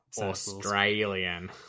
Australian